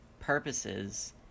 purposes